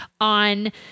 on